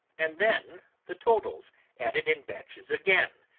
and then the totals added in batches again,